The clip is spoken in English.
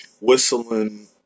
whistling